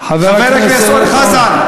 חבר הכנסת אורן חזן.